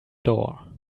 door